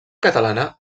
catalana